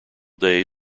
day